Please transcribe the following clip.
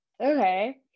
Okay